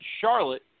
Charlotte